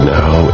now